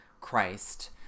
Christ